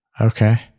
Okay